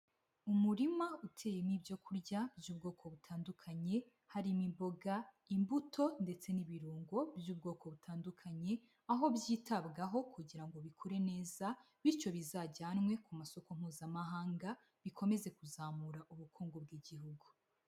Umurima uteyewe n'ibyo kurya by'ubwoko butandukanye, harimo imboga, imbuto ndetse n'ibirungo by'ubwoko butandukanye, aho byitabwaho kugira ngo bikure neza bityo bizajyanwe ku masoko mpuzamahanga bikomeze kuzamura ubukungu bw'igihugu.